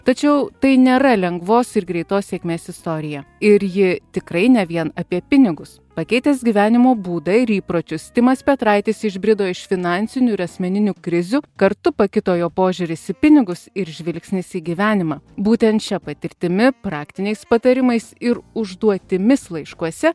tačiau tai nėra lengvos ir greitos sėkmės istorija ir ji tikrai ne vien apie pinigus pakeitęs gyvenimo būdą ir įpročius timas petraitis išbrido iš finansinių ir asmeninių krizių kartu pakito jo požiūris į pinigus ir žvilgsnis į gyvenimą būtent šia patirtimi praktiniais patarimais ir užduotimis laiškuose